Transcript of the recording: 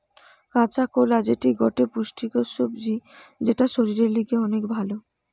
কাঁচা কোলা যেটি গটে পুষ্টিকর সবজি যেটা শরীরের লিগে অনেক ভাল